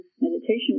meditation